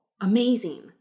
amazing